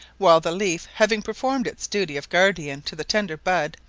while the leaf having performed its duty of guardian to the tender bud,